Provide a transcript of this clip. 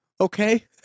okay